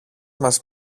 μας